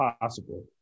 possible